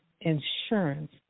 insurance